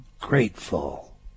grateful